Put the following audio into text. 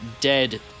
dead